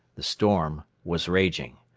the storm was raging.